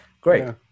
Great